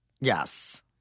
Yes